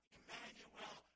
Emmanuel